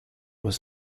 was